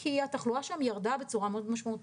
כי התחלואה שם ירדה בצורה מאוד משמעותית.